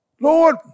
Lord